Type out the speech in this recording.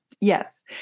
Yes